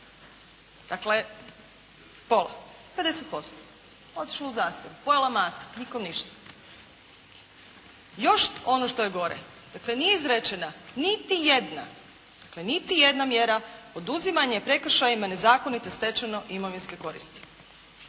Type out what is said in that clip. Dakle, pola, 50%, otišlo u zastaru. Pojela maca. Nikom ništa. Još ono što je gore, dakle nije izrečena niti jedna, dakle niti jedna oduzimanje prekršajima nezakonito stečene imovinske koristi.